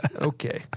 Okay